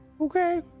Okay